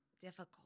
difficult